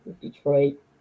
Detroit